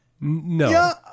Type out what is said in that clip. No